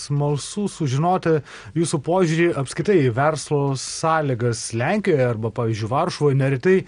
smalsu sužinoti jūsų požiūrį apskritai į verslo sąlygas lenkijoje arba pavyzdžiui varšuvoj neretai